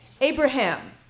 Abraham